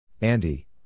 Andy